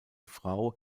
frau